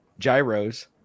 gyros